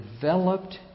developed